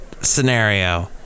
scenario